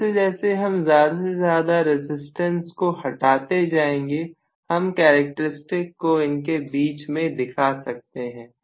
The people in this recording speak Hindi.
जैसे जैसे हम ज्यादा से ज्यादा रजिस्टेंस को हटाते जाएंगे हम कैरेक्टर स्टिक को इनके बीच में दिखा सकते हैं